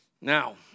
now